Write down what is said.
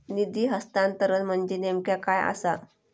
निधी हस्तांतरण म्हणजे नेमक्या काय आसा?